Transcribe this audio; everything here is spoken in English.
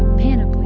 panel